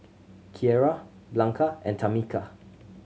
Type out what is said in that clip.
Kiera Blanca and Tamica